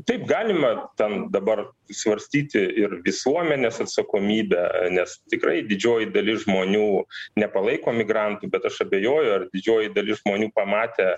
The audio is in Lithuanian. taip galima tam dabar svarstyti ir visuomenės atsakomybę nes tikrai didžioji dalis žmonių nepalaiko migrantų bet aš abejoju ar didžioji dalis žmonių pamatę